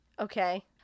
Okay